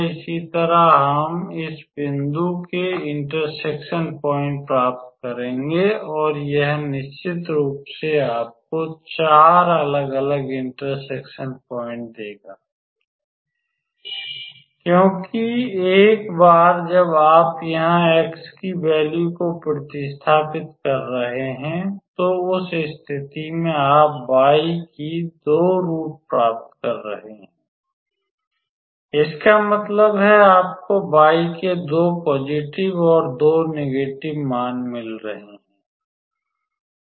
इसी तरह हम इस बिंदु के इंटरसेक्शन पॉइंट प्राप्त करेंगे और यह निश्चित रूप से आपको 4 अलग अलग इंटरसेक्शन पॉइंट देगा क्योंकि एक बार जब आप यहां x की वैल्यू को प्रतिस्थापित कर रहे हैं तो उस स्थिति में आप y की 2 रूट प्राप्त कर रहे हैं इसका मतलब है आपको वाई के 2 पॉजिटिव और नेगेटिव मान मिल रहे हैं